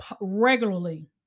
regularly